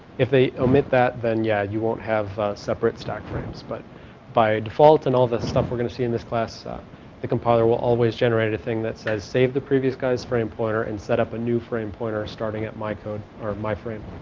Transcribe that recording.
if they omit that then yea yeah you won't have ah. separate stack frames but by default and all that stuff we're gonna see in this class the compiler will always generate a thing that says save the previous guys frame pointer and set up a new frame pointer starting at my code or my frame